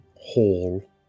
hall